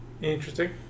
Interesting